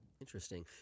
Interesting